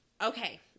Okay